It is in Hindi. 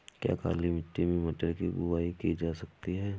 क्या काली मिट्टी में मटर की बुआई की जा सकती है?